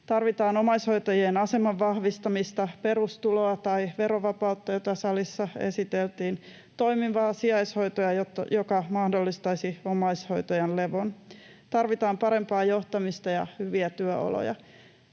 Tarvitaan omaishoitajien aseman vahvistamista, perustuloa tai verovapautta, jota salissa esiteltiin, toimivaa sijaishoitoa, joka mahdollistaisi omaishoitajan levon. Tarvitaan parempaa johtamista ja hyviä työoloja.